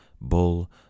Bull